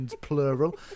plural